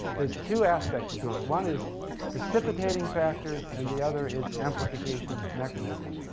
there's two aspects to it. one is precipitating factors and the other is amplification mechanisms.